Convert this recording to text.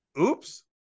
Oops